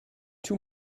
too